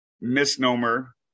misnomer